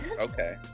Okay